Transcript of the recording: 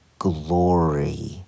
Glory